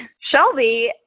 Shelby